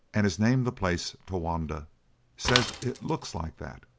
and has named the place tonawanda says it looks like that.